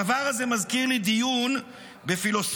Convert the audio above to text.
הדבר הזה מזכיר לי דיון בפילוסופיה